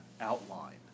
outline